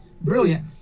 brilliant